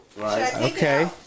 Okay